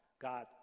God